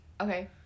okay